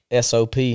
SOP